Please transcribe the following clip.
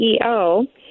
CEO